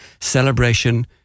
Celebration